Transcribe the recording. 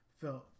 Felt